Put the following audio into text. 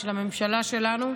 של הממשלה שלנו,